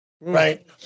Right